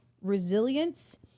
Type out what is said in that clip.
resilience